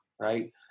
right